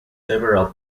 several